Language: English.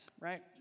right